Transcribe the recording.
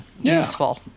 useful